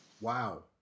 Wow